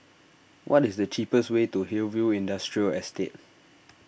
what is the cheapest way to Hillview Industrial Estate